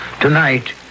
Tonight